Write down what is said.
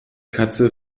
katze